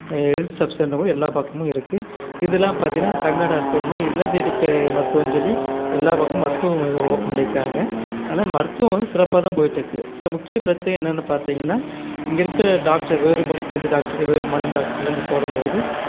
health subcentre மாதிரி எல்லா பக்கமும் இருக்குது இதெல்லாம் பார்த்தினா தமிழ்நாடு அரசு வந்து இல்லந்தேடி மருத்துவம் சொல்லி எல்லா பக்கமும் மருத்துவம் ஓபன் பண்ணியிருக்காங்க ஆனால் மருத்துவம் வந்து சிறப்பாக தான் போயிட்டிருக்கு சில முக்கியப் பிரச்சனை என்னன்னு பார்த்திங்கனா இங்கே இருக்கற டாக்டர் வேறு மொழி தெரிஞ்ச டாக்டரு வேறு மாநில டாக்டருலாம் இங்கே போடும்போது